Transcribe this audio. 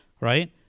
right